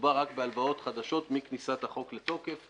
מדובר רק בהלוואות חדשות מכניסת החוק לתוקף.